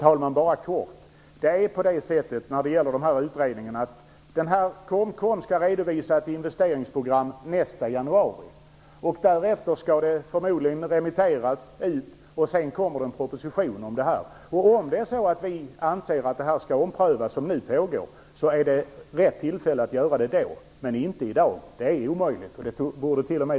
Fru talman! KOMKOM skall redovisa ett investeringsprogram nästa januari. Därefter skall förslaget förmodligen remitteras och sedan kommer en proposition om detta. Om vi anser att det som nu pågår skall omprövas är det rätt tillfälle att göra det då, men inte i dag. Det är omöjligt. Det borde till och med